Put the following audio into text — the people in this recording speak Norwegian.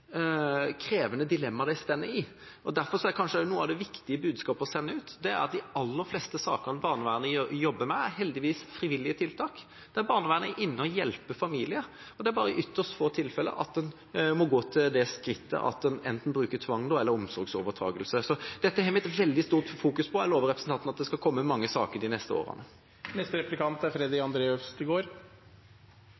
krevende dilemmaer de står i. Derfor er kanskje noe av det viktigste budskapet å sende ut at de aller fleste sakene barnevernet jobber med, heldigvis er frivillige tiltak, der barnevernet er inne og hjelper familier. Det er bare i ytterst få tilfeller at man må gå til det skritt å bruke enten tvang eller omsorgsovertakelse. Dette har vi et veldig stort fokus på, og jeg lover representanten at det skal komme mange saker de neste årene.